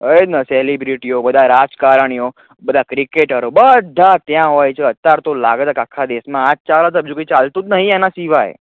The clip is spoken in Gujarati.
હ એજ ને સેલિબ્રિટીઓ બધા રાજકારણીઓ બધા ક્રિકેટરો બધા ત્યાં હોય છે અત્યાર તો લાગે છે કે આખા દેશમાં આ જ ચાલે છે બીજું કઈ ચાલતું જ નથી એનાં સિવાય